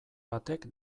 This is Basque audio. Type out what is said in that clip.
batek